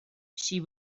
she